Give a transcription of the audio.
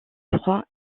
trois